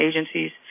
agencies